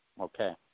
okay